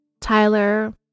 Tyler